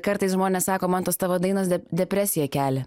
kartais žmonės sako man tos tavo dainos depresiją kelia depresiją kelia